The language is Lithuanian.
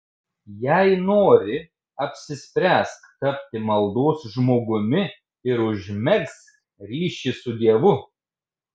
jei nori apsispręsk tapti maldos žmogumi ir užmegzk ryšį su dievu